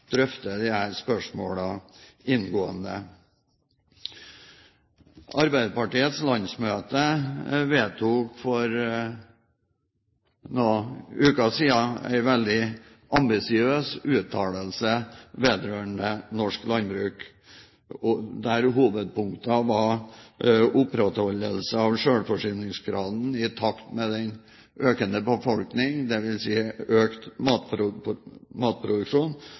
drøfter disse spørsmålene inngående. Arbeiderpartiets landsmøte vedtok for noen uker siden en veldig ambisiøs uttalelse vedrørende norsk landbruk, der hovedpunktene var opprettholdelse av selvforsyningsgraden i takt med den økende befolkning, dvs. økt matproduksjon